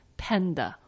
panda